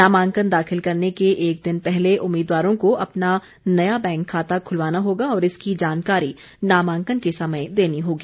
नामांकन दाखिल करने के एक दिन पहले उम्मीदवारों को अपना नया बैंक खाता खुलवाना होगा और इसकी जानकारी नामांकन के समय देनी होगी